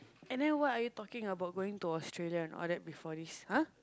and then what are you talking about going to Australia and all that before this !huh!